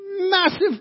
massive